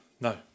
No